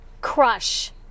crush